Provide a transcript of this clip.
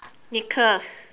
necklace